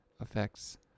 affects